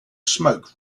smoke